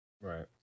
Right